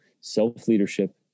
self-leadership